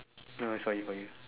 no it's for you for you